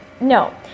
No